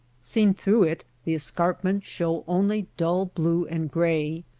seen through it the escarpments show only dull blue and gray.